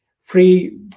free